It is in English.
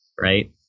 right